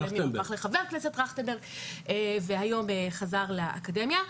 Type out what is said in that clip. שלימים הפך לחבר הכנסת טרכטנברג והיום חזר לאקדמיה.